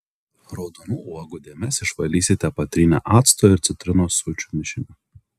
raudonų uogų dėmes išvalysite patrynę acto ir citrinos sulčių mišiniu